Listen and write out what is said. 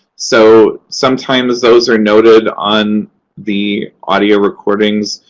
so, sometimes, those are noted on the audio recordings.